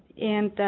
and